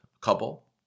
couple